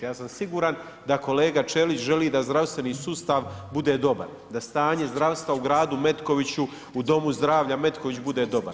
Ja sam siguran da kolega Ćelić želi da zdravstveni sustav bude dobar, da stanje zdravstva u gradu Metkoviću, u Domu zdravlja Metković bude dobar.